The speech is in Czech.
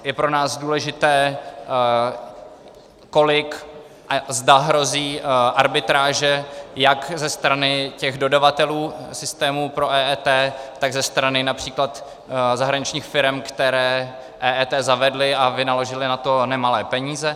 Je pro nás důležité, kolik a zda hrozí arbitráže jak ze strany dodavatelů systémů pro EET, tak ze strany například zahraničních firem, které EET zavedly a vynaložily na to nemalé peníze.